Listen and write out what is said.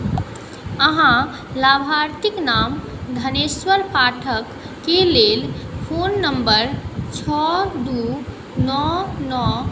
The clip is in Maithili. अहाँ लाभार्थीके नाम धनेश्वर पाठकके लेल फोन नम्बर छओ दुइ नओ नओ